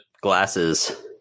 glasses